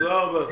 תודה רבה.